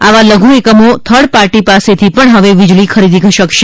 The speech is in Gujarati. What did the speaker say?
આવા લઘુએકમો થર્ડ પાર્ટી પાસેથી પણ હવે વીજળી ખરીદી શકશે